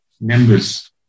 members